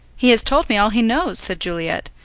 he has told me all he knows, said juliet,